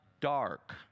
dark